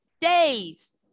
days